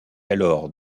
alors